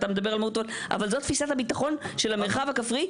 זו תפיסת הביטחון של המרחב הכפרי,